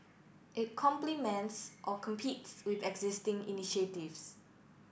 it complements or competes with existing initiatives